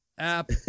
App